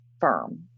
firm